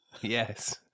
Yes